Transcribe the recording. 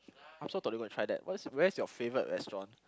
I'm so to try that what is where is your favourite restaurant